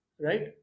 right